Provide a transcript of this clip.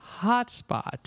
hotspot